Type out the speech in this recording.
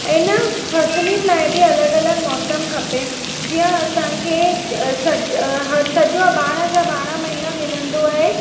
इन फ़सिलियूं लाइ बि अलॻि अलॻि मौसमु खपे जीअं असांखे सॼा सॼा ॿारहां जा ॿारहां महीना मिलंदो आहे